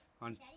on